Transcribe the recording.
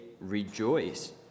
rejoice